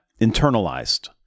internalized